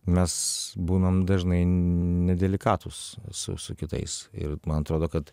mes būnam dažnai nedelikatūs su su kitais ir man atrodo kad